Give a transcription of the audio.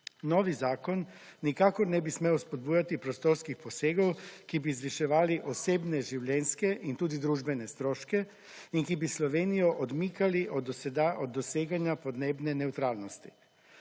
Novi zakon nikakor ne bi smel spodbujati prostorskih posegov, ki bi zviševali osebne življenjske in tudi družbene stroške, in ki bi Slovenijo odmikali od doseganja podnebne nevtralnosti.